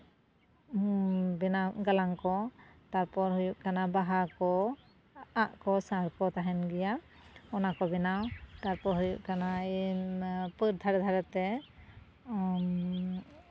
ᱵᱮᱱᱟᱣ ᱜᱟᱞᱟᱝ ᱠᱚ ᱛᱟᱨᱯᱚᱨ ᱦᱩᱭᱩᱜ ᱠᱟᱱᱟ ᱵᱟᱦᱟ ᱠᱚ ᱟᱜ ᱠᱚ ᱥᱟᱨ ᱠᱚ ᱛᱟᱦᱮᱱ ᱜᱮᱭᱟ ᱚᱱᱟ ᱠᱚ ᱵᱮᱱᱟᱣ ᱛᱟᱨᱯᱚᱨ ᱦᱩᱭᱩᱜ ᱠᱟᱱᱟ ᱯᱟᱹᱲ ᱫᱷᱟᱨᱮ ᱫᱷᱟᱨᱮ ᱛᱮ